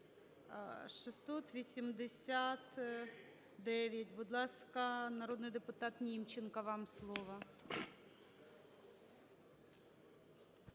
689. Будь ласка, народний депутат Німченко, вам слово.